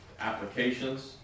applications